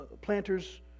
planters